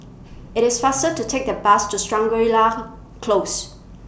IT IS faster to Take The Bus to Shangri La Close